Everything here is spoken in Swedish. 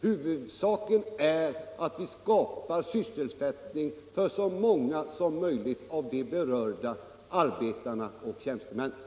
Huvudsaken är att skapa sysselsättning för så många som möjligt av de berörda arbetarna och tjänstemännen.